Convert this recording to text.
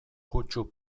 kutsu